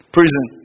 Prison